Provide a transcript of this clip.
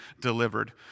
delivered